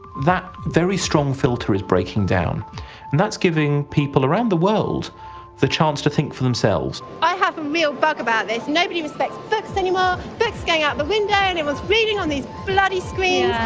that very strong filter is breaking down and that's giving people around the world the chance to think for themselves i have a real bug about nobody respects books anymore books going out the window and and everyone's reading on these bloody screens.